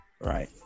Right